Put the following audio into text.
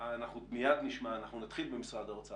אנחנו מיד נשמע, אנחנו נתחיל במשרד האוצר